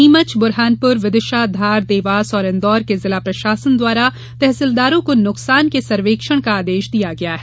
नीमच बुरहानपुर विदिशा धार देवास और इन्दौर के जिला प्रशासन द्वारा तहसीलदारों को नुकसान के सर्वेक्षण का आदेश दिया गया है